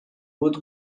بود